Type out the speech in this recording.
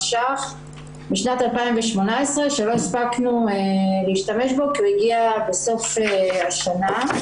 ₪ בשנת 2018 שלא הספקנו להשתמש בו כי הוא הגיע בסוף השנה.